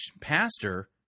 pastor